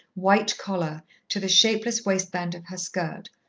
white collar to the shapeless waistband of her skirt,